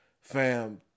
fam